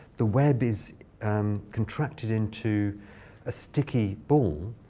the web is um contracted into a sticky ball.